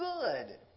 good